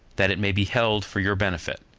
that it may be held for your benefit